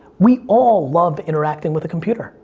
we all love interacting with a computer.